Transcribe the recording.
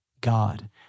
God